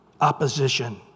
Opposition